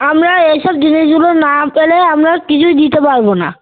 আমরা এই সব জিনিসগুলো না পেলে আমরা কিছুই দিতে পারবো না